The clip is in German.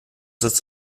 sitzt